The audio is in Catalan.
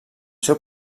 seu